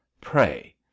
Pray